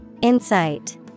Insight